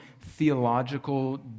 theological